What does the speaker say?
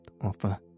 offer